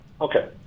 Okay